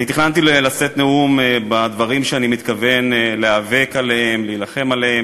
אני תכננתי לשאת נאום על הדברים שאני מתכוון להילחם עליהם,